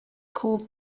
called